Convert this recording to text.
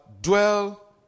dwell